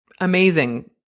amazing